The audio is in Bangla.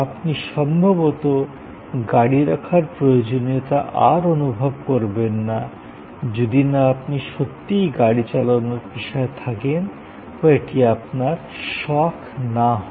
আপনি সম্ভবত গাড়ি রাখার প্রয়োজনীয়তা আর অনুভব করবেন না যদি না আপনি সত্যিই গাড়ি চালনার পেশায় থাকেন বা এটি আপনার শখ না হয়